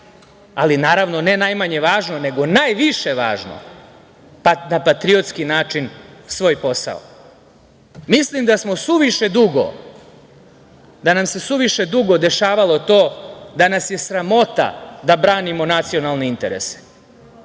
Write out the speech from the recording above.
ali, naravno, ne najmanje važno nego najviše važno, na patriotski način svoj posao. Mislim da nam se suviše dugo dešavalo to da nas je sramota da branimo nacionalne interese,